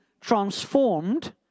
transformed